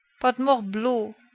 but, morbleau!